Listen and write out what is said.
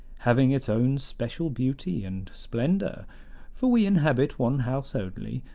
having its own special beauty and splendor for we inhabit one house only,